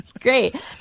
great